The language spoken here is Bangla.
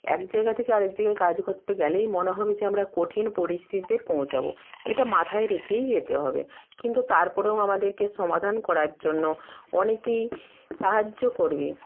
এক জায়গা থেকে আরেক জায়গায় কাজ কোত্তে গেলেই মনে হবে যে আমরা কঠিন পরিস্থিতিতে পৌঁছাব এটা মাথায় রেখেই যেতে হবে কিন্তু তারপরেও আমাদেরকে সমাধান করার জন্য অনেকেই সাহায্য করবে